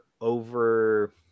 over